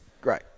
Great